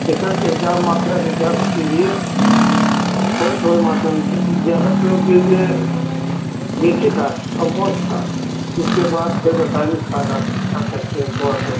Pfeffer के हिसाब मात्रा के हिसाब से कीजिए थोड़े थोड़े मात्रा में द ज़्यादा प्रयोग कीजिए देसी खाद कंपोस खाद इसके बाद फिर रासायनिक खाद आप डाल सकते हैं थोड़ा थोड़ा